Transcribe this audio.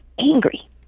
angry